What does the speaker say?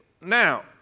Now